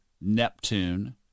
Neptune